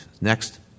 Next